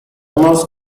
most